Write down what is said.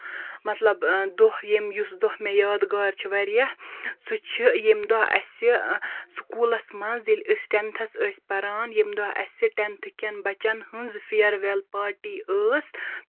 مطلب دۄہ ییٚمہِ یُس دۄہ مےٚ یادگار چھُ واریاہ سُہ چھُ ییٚمہِ دۄہ اَسہِ سکوٗلَس منٛز ییٚلہِ أسۍ ٹینتھس ٲسۍ پَران ییٚمہِ دۄہ اَسہِ ٹینتھٕ کیٚن بَچن ہٕنٛز فِیرویل پارٹی ٲسۍ